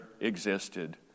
existed